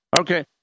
okay